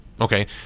Okay